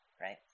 right